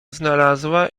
znalazła